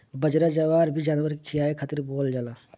बजरा, जवार भी जानवर के खियावे खातिर बोअल जाला